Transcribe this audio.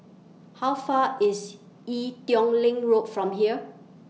How Far IS Ee Teow Leng Road from here